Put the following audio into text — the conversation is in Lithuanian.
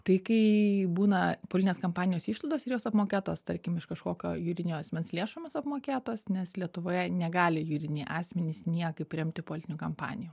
tai kai būna politinės kampanijos išlaidos ir jos apmokėtos tarkim iš kažkokio juridinio asmens lėšomis apmokėtos nes lietuvoje negali juridiniai asmenys niekaip remti politinių kampanijų